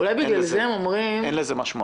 אין לזה משמעות.